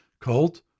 Called